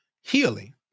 healing